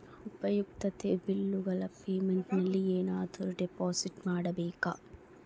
ಉಪಯುಕ್ತತೆ ಬಿಲ್ಲುಗಳ ಪೇಮೆಂಟ್ ನಲ್ಲಿ ಏನಾದರೂ ಡಿಪಾಸಿಟ್ ಮಾಡಬೇಕಾ?